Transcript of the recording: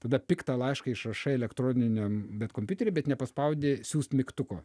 tada piktą laišką išrašai elektroniniam bet kompiutery bet nepaspaudi siųst mygtuko